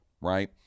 right